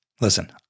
Listen